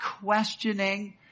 questioning